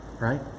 Right